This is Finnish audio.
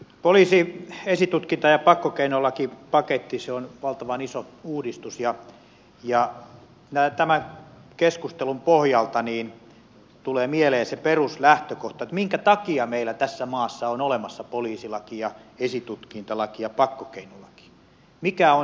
poliisi esitutkinta ja pakkokeinolakipaketti on valtavan iso uudistus ja tämän keskustelun pohjalta tulee mieleen se peruslähtökohta minkä takia meillä tässä maassa on olemassa poliisilaki ja esitutkintalaki ja pakkokeinolaki